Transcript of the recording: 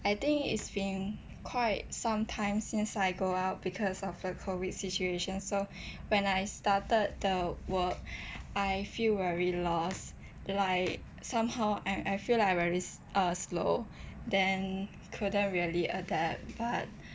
I think it's been quite some times since I go out because of the COVID situation so when I started the work I feel very lost like somehow I I feel like I very uh slow then couldn't really adapt but